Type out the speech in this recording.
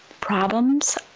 problems